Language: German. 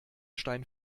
stein